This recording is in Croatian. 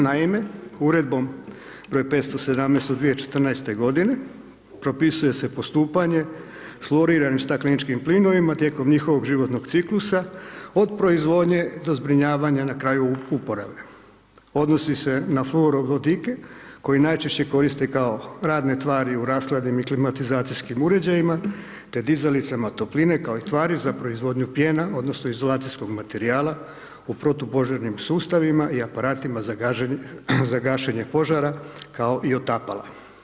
Naime, Uredbom broj 517. od 2014. godine, propisuje se postupanje floriranim stakleničkim plinovima tijekom njihovog životnog ciklusa od proizvodnje do zbrinjavanja na kraju uporabe, odnosi se na florovodike koji najčešće koriste kao radne tvari u rashladnim i klimatizacijskim uređajima, te dizalicama topline kao i tvari za proizvodnju pjena odnosno izolacijskog materijala u protupožarnim sustavima i aparatima za gašenje požara, kao i otapala.